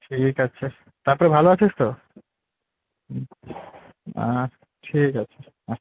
ঠিক আছে তারপরে ভালো আছিস তো হুম আচ্ছা ঠিক আছে হ্যাঁ